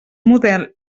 model